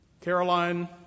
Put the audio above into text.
Caroline